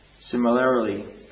Similarly